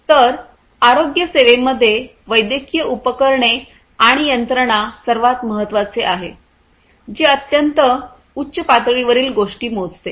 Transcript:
तर आरोग्य सेवेमध्ये वैद्यकीय उपकरणे आणि यंत्रणा सर्वात महत्वाचे आहे जे अत्यंत उच्च पातळीवरील गोष्टी मोजते